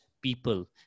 people